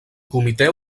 comitè